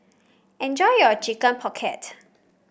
enjoy your Chicken Pocket